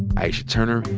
aisha turner,